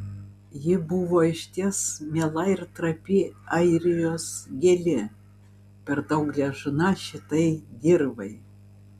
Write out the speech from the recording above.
ji buvo išties miela ir trapi airijos gėlė per daug gležna šitai dirvai